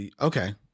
Okay